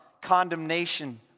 condemnation